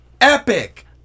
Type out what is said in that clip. epic